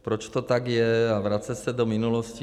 Proč to tak je a vracet se do minulosti.